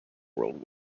world